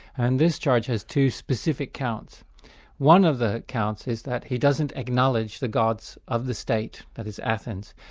and this charge has two specific counts one of the counts is that he doesn't acknowledge the gods of the state, that is athens,